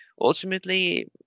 ultimately